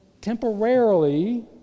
temporarily